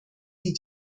sie